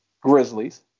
Grizzlies